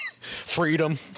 freedom